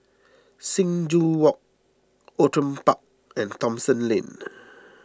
Sing Joo Walk Outram Park and Thomson Lane